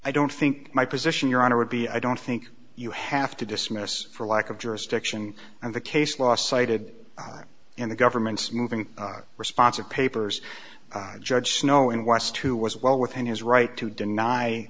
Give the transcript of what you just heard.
i don't think my position your honor would be i don't think you have to dismiss for lack of jurisdiction of the case law cited in the government's moving response of papers judge snow in west who was well within his right to deny